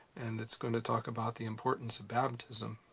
and it's going to talk about the importance of baptism.